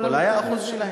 אולי האחוז שלהם.